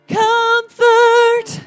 comfort